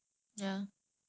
oh